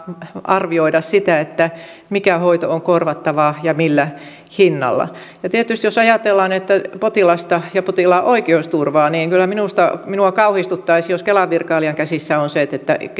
arvioida sitä mikä hoito on korvattava ja millä hinnalla tietysti jos ajatellaan potilasta ja potilaan oikeusturvaa niin kyllä minua kauhistuttaisi jos kelan virkailijan käsissä on se